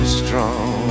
strong